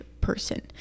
person